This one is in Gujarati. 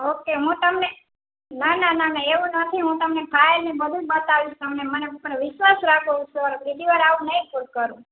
ઓકે હું તમને ના ના ના ના એવું નથી હું તમને ફાઇલ ને બધું જ બતાવીશ તમે મારા ઉપર વિશ્વાસ રાખો સર બીજી વાર આવું નહીં ભૂલ કરું